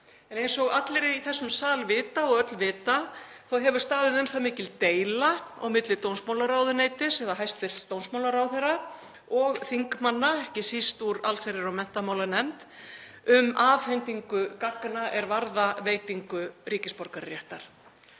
Eins og öll í þessum sal vita hefur staðið mikil deila á milli dómsmálaráðuneytis, eða hæstv. dómsmálaráðherra, og þingmanna, ekki síst úr allsherjar- og menntamálanefnd, um afhendingu gagna er varða veitingu ríkisborgararéttar.